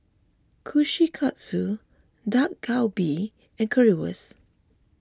Kushikatsu Dak Galbi and Currywurst